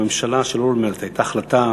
בממשלה של אולמרט הייתה החלטה